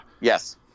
Yes